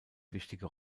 wichtige